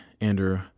Andrew